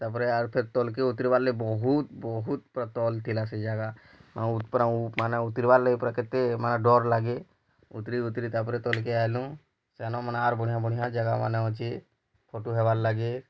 ତାର୍ ପରେ ଆର ଫେର୍ ତଲ୍ କେ ଉତ୍ତିର୍ ବାର୍ ଲାଗି ବହୁତ ବହୁତ ପୁରା ତଲ୍ ଥିଲା ସେ ଜାଗା ଆଉ ଉପର୍ ମାନେ ଉତ୍ତିର୍ ବାର୍ ଲାଗି ପୁରା କେତେ ମାନେ ଡର୍ ଲାଗେ ଉତ୍ତିର୍ ଉତ୍ତିର୍ ତା ପରେ ତଲକେ ଆଇଲୁ ସେନୁ ମାନେ ଆର୍ ବଢ଼ିଆ ବଢ଼ିଆ ଜାଗା ମାନେ ଅଛି ଫୋଟୁ ହେବାର୍ ଲାଗି